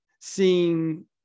seeing